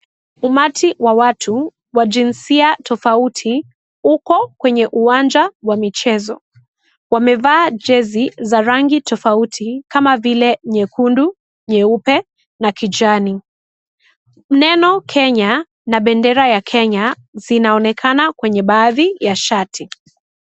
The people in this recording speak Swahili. Umati wa watu wa jinsia tofauti uko kwa uwanja wa michezo wamevaa jezi za rangi tofauti kama vile nyekundu, nyeupe na kijani, neno Kenya na bendera ya Kenya zinaonekana kwenye baadhi ya shati.